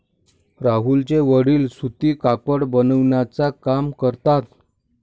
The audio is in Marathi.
राहुलचे वडील सूती कापड बिनण्याचा काम करतात